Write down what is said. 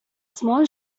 small